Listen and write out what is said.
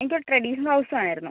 എനിക്കൊരു traditional house വേണമായിരുന്നു